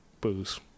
booze